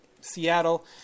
seattle